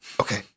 Okay